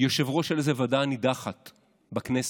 יושב-ראש של איזו ועדה נידחת בכנסת.